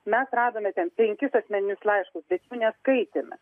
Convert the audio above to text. mes radome ten penkis asmeninius laiškus bet jų neskaitėme